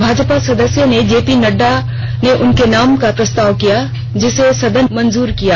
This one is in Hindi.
भाजपा सदस्य जे पी नड्डा ने उनके नाम का प्रस्ताव किया जिसे सदन ने मंजूर कर लिया